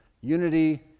Unity